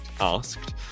asked